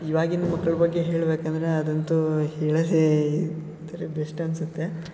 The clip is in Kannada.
ಇವಾಗಿನ ಮಕ್ಳ ಬಗ್ಗೆ ಹೇಳಬೇಕಂದ್ರೆ ಅದಂತೂ ಹೇಳದೇ ಇದ್ದರೆ ಬೆಸ್ಟ್ ಅನ್ನಿಸುತ್ತೆ